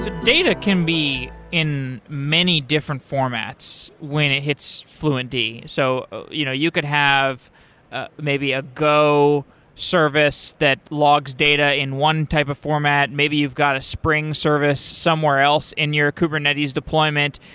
ah data can be in many different formats when it hits fluentd. so ah you know you could have ah maybe a go service that logs data in one type of format. maybe you've got a spring service somewhere else in your kubernetes deployment,